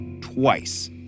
twice